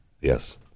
Yes